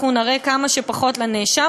אנחנו נראה כמה שפחות לנאשם,